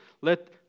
let